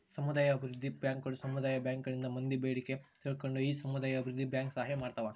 ಸಮುದಾಯ ಅಭಿವೃದ್ಧಿ ಬ್ಯಾಂಕುಗಳು ಸಮುದಾಯ ಬ್ಯಾಂಕ್ ಗಳಿಂದ ಮಂದಿ ಬೇಡಿಕೆ ತಿಳ್ಕೊಂಡು ಈ ಸಮುದಾಯ ಅಭಿವೃದ್ಧಿ ಬ್ಯಾಂಕ್ ಸಹಾಯ ಮಾಡ್ತಾವ